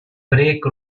brake